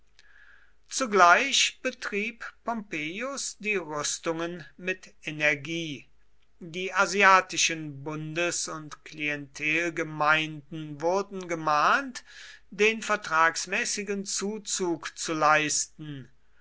zugleich betrieb pompeius die rüstungen mit energie die asiatischen bundes und klientelgemeinden wurden gemahnt den vertragsmäßigen zuzug zu leisten